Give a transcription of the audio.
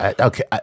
Okay